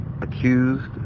accused